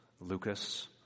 Lucas